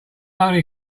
only